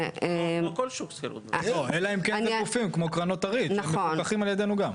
של דיור להשכרה של יזמים שהולכים על חוק עידוד להשקעות